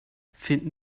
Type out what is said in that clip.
finden